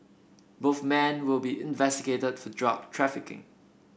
both men will be investigated for drug trafficking